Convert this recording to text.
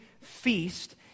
feast